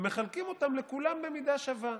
ומחלקים אותם לכולם במידה שווה.